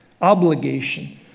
obligation